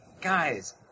guys